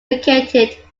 vacated